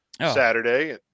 Saturday